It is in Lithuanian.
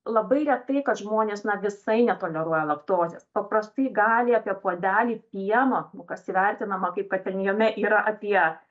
labai retai kad žmonės na visai netoleruoja laktozės paprastai gali apie puodelį pieno kas įvertinama kaip kad ten jame yra apie